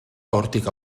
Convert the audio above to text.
hortik